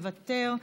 מוותר,